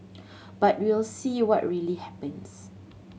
but we'll see what really happens